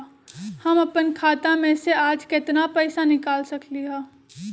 हम अपन खाता में से आज केतना पैसा निकाल सकलि ह?